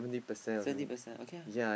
seventy percent okay ah